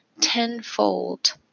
tenfold